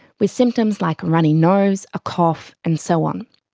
with symptoms like a runny nose, a cough and so on.